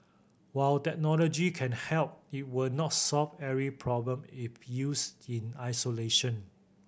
while technology can help it will not solve every problem if used in isolation